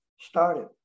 started